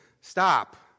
Stop